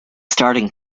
starting